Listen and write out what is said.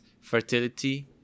fertility